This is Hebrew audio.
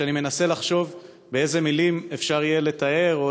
כשאני מנסה לחשוב באיזה מילים אפשר יהיה לתאר,